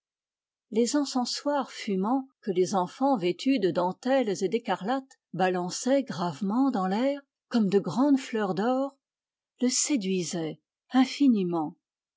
les encensoirs fumants que des enfants vêtus de dentelles et d'écarlate balançaient gravement dans l'air comme de grandes fleurs d'or le séduisaient infiniment